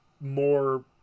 more